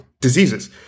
diseases